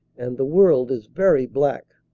and the world is very black.